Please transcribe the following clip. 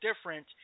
different